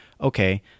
okay